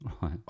Right